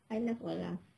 I love olaf